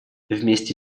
вместе